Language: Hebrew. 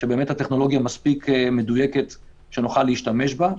שבאמת הטכנולוגיה מספיק מדויקת שנוכל להשתמש בה.